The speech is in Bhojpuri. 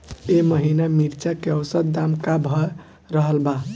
एह महीना मिर्चा के औसत दाम का रहल बा?